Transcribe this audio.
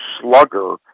slugger